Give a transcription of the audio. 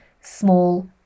small